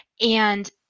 And-